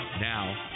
Now